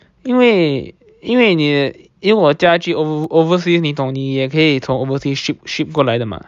因为因为你因我家具 overseas 你懂你也可以从 overseas ship ship 过过来的吗